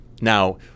Now